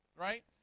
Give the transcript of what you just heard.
Right